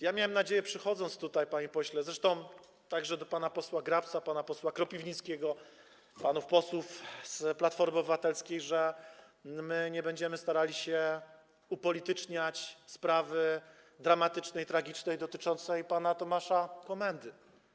Ja miałem nadzieję, przychodząc tutaj, panie pośle - zresztą to także do pana posła Grabca, pana posła Kropiwnickiego, panów posłów z Platformy Obywatelskiej - że nie będziemy starali się upolityczniać dramatycznej, tragicznej sprawy pana Tomasza Komendy.